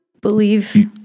Believe